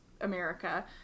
America